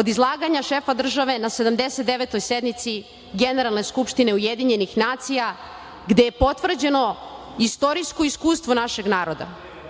od izlaganja šefa države za 79. sednici Generalne skupštine UN gde je potvrđeno istorijsko iskustvo našeg naroda,